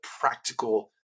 practical